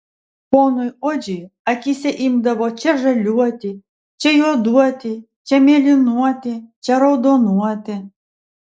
ponui odžiui akyse imdavo čia žaliuoti čia juoduoti čia mėlynuoti čia raudonuoti